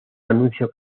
anuncio